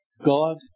God